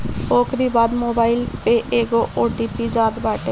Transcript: ओकरी बाद मोबाईल पे एगो ओ.टी.पी जात बाटे